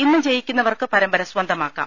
ഇന്ന് ജയിക്കുന്നവർക്ക് പരമ്പര സ്വന്തമാക്കാം